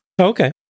Okay